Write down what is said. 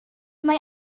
mae